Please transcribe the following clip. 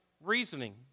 reasoning